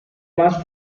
más